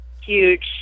huge